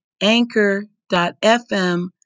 Anchor.fm